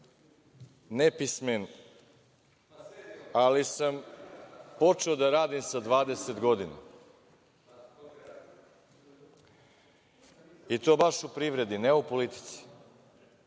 nepismen, ali sam počeo da radim sa 20 godina. I to baš u privredi, ne u politici,